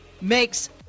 makes